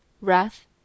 wrath